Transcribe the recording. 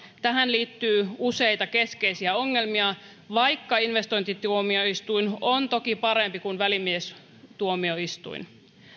tähän liittyy useita keskeisiä ongelmia vaikka investointituomioistuin on toki parempi kuin välimiestuomioistuin